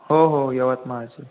हो हो यवतमाळच आहे